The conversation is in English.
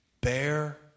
bear